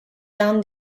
down